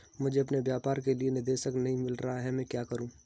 मुझे अपने व्यापार के लिए निदेशक नहीं मिल रहा है मैं क्या करूं?